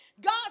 God